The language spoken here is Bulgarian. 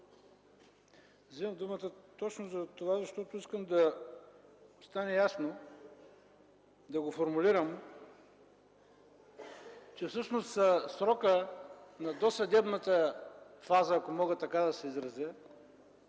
Вземам думата, защото искам да стане ясно, да формулирам, че всъщност срокът на досъдебната фаза, ако мога така да се изразя,